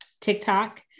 TikTok